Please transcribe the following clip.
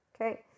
okay